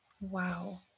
Wow